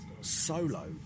Solo